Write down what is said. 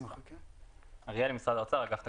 אריאל, אגף תקציבים,